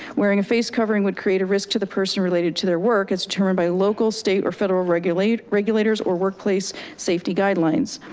wearing a face covering would create a risk to the person related to their work. as determined by local state or federal regulators regulators or workplace safety guidelines,